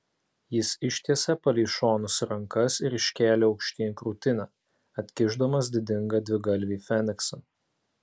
jis ištiesė palei šonus rankas ir iškėlė aukštyn krūtinę atkišdamas didingą dvigalvį feniksą